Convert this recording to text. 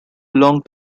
long